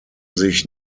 sich